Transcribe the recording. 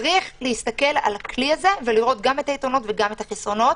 צריך להסתכל על הכלי הזה ולראות גם את היתרונות וגם את החסרונות.